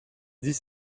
dix